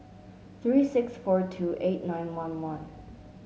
three six four two eight nine one one